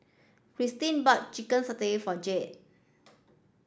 Cristin bought chicken satay for Jade